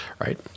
right